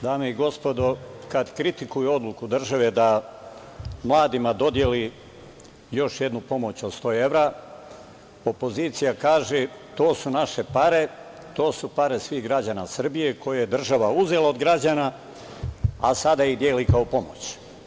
Dame i gospodo, kada kritikuju odluku države da mladima dodeli još jednu pomoć od 100 evra, opozicija kaže – to su naše pare, to su pare svih građana Srbije koje je država uzela od građana, a sada ih deli kao pomoć.